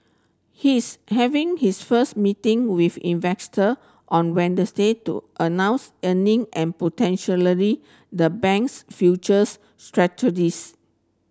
he's having his first meeting with investor on Wednesday to announce earning and potentially the bank's future's strategies